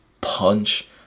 punch